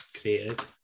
created